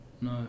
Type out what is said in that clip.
No